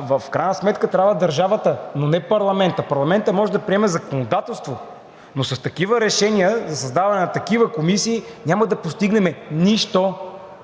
В крайна сметка трябва държавата, но не парламентът… Парламентът може да приеме законодателство, но с решения за създаване на такива комисии няма да постигнем нищо.